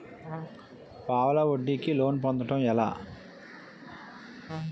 పావలా వడ్డీ కి లోన్ పొందటం ఎలా?